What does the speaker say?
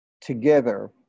together